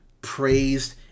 praised